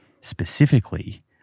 specifically